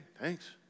thanks